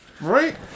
Right